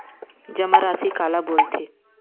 जमा राशि काला बोलथे?